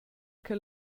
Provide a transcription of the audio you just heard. che